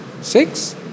Six